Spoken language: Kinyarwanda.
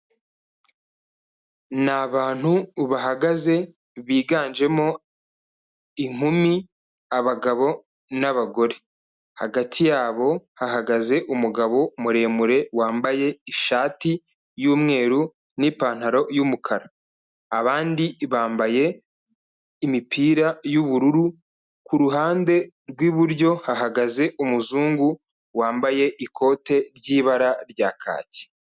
Ni abantu bahagaze biganjemo inkumi, abagabo n'abagore. Hagati yabo hahagaze umugabo muremure wambaye ishati y'umweru n'ipantaro y'umukara. Abandi bambaye imipira y'ubururu, ku ruhande rw'iburyo hahagaze umuzungu wambaye ikote ry'ibara rya kaki.